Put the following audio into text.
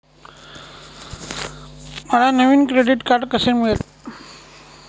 मला नवीन credit card कसे मिळेल?